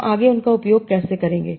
तो हम आगे उनका उपयोग कैसे करें